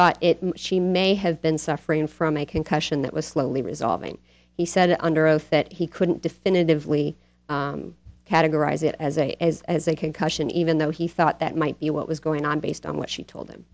thought she may have been suffering from a concussion that was slowly resolving he said under oath that he couldn't definitively categorize it as a as a concussion even though he thought that might be what was going on based on what she told him